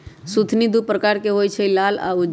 सुथनि दू परकार के होई छै लाल आ उज्जर